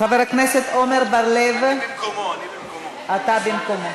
חבר הכנסת עמר בר-לב, אתה במקומו.